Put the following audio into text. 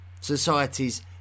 Societies